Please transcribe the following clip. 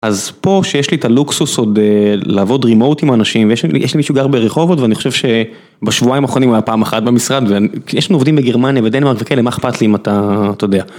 אז פה שיש לי את הלוקסוס עוד לעבוד רימוטי עם אנשים ויש לי מישהו גר ברחובות ואני חושב שבשבועיים האחרונים היה פעם אחת במשרד.. ויש לנו עובדים בגרמניה ודנמרק וכאלה מה אכפת לי אם אתה יודע.